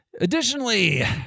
Additionally